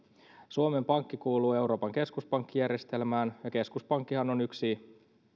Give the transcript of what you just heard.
suomen pankki kuuluu euroopan keskuspankkijärjestelmään ja keskuspankkihan on yksi